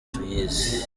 tuyizi